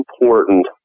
important